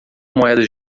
moedas